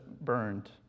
burned